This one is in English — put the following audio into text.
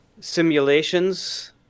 simulations